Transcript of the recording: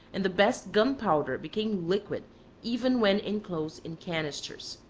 and the best gunpowder became liquid even when inclosed in canisters.